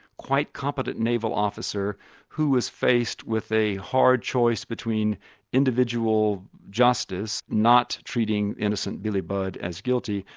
quite competent naval officer who was faced with a hard choice between individual justice, not treating innocent billy budd as guilty,